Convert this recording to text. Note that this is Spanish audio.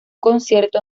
concierto